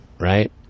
right